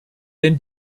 denn